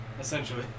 Essentially